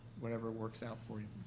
whatever works out for you.